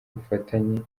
bufatanye